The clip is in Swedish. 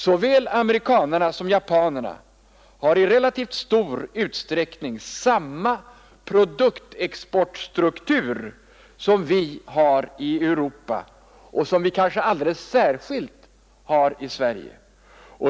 Såväl amerikanerna som japanerna har i relativt stor utsträckning samma produktexportstruktur som man har i Europa och som vi kanske alldeles särskilt har i Sverige.